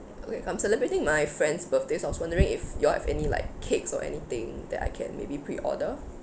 uh wait I'm celebrating my friends' birthdays so I was wondering if you all have any like cakes or anything that I can maybe pre-order